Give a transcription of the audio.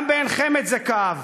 גם בעין-חמד זה כאב,